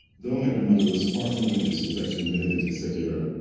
though my grandmother was far from religious, she was actually militantly secular,